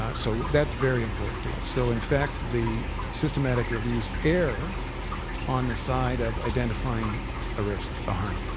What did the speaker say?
ah so that's very important to us. so in fact the systematic reviews err on the side of identifying a risk, a harm.